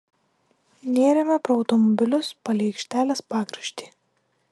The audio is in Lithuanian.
nėrėme pro automobilius palei aikštelės pakraštį